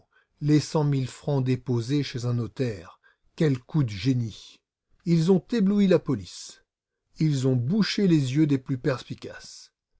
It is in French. les cent mille francs déposés chez un notaire quel coup de génie ils ont ébloui la police ils ont bouché les yeux des plus perspicaces